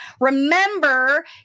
Remember